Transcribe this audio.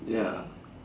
ya